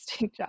job